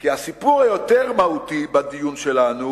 הסיפור היותר-מהותי בדיון שלנו